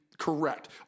correct